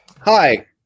Hi